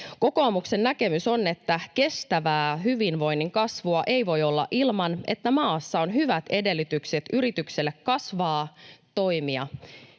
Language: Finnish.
Kokoomuksen näkemys on, että kestävää hyvinvoinnin kasvua ei voi olla ilman, että maassa on hyvät edellytykset yritykselle kasvaa, toimia